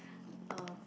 uh